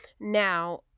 Now